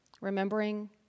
remembering